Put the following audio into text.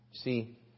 see